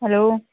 hello